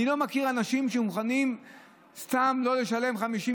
אני לא מכיר אנשים שמוכנים סתם לשלם קנס של